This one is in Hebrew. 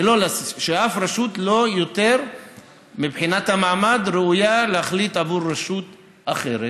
ושאף רשות לא ראויה יותר מבחינת המעמד להחליט עבור רשות אחרת,